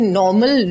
normal